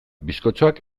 bizkotxoak